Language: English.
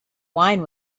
wine